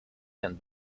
and